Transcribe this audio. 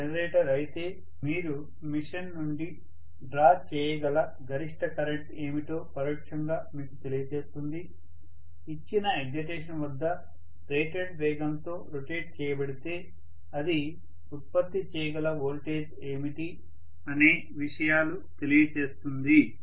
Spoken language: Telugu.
ఇది జెనరేటర్ అయితే మీరు మెషిన్ నుండి డ్రా చేయగల గరిష్ట కరెంట్ ఏమిటో పరోక్షంగా మీకు తెలియజేస్తుంది ఇచ్చిన ఎక్సైటేషన్ వద్ద రేటెడ్ వేగంతో రొటేట్ చేయబడితే అది ఉత్పత్తి చేయగల వోల్టేజ్ ఏమిటి అనే విషయాలు తెలియజేస్తాయి